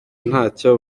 ntacyo